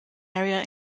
area